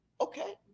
okay